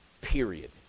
period